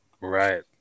Right